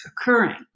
occurring